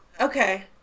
Okay